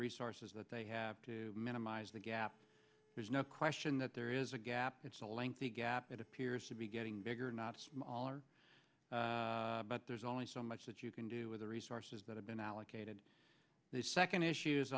resources that they have to minimize the gap there's no question that there is a gap it's a lengthy gap it appears to be getting bigger not smaller but there's only so much that you can do with the resources that have been allocated the second issues